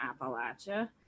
Appalachia